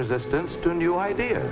resistance to new idea